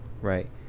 right